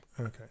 Okay